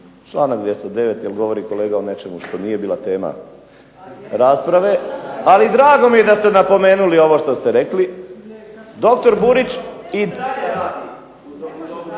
članak 209. jer govori kolega o nečemu što nije bila tema rasprave ali drago mi je da ste napomenuli ovo što ste rekli, doktor Burić i